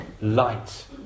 light